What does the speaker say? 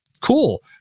Cool